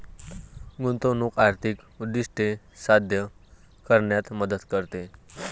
गुंतवणूक आर्थिक उद्दिष्टे साध्य करण्यात मदत करते